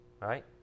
right